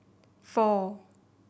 four